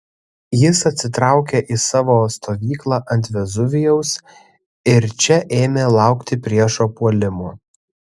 jis atsitraukė į savo stovyklą ant vezuvijaus ir čia ėmė laukti priešo puolimo